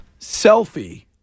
selfie